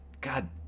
God